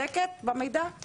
אז